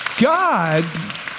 God